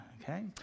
okay